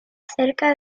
cerca